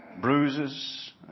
bruises